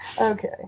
Okay